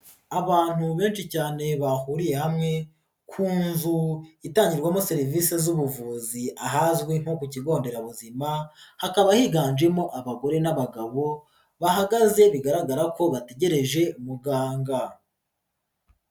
Abantu benshi cyane bahuriye hamwe ku nzu itangirwamo serivisi z'ubuvuzi ahazwi nko ku kigo nderabuzima, hakaba higanjemo abagore n'abagabo bahagaze bigaragara ko bategereje muganga.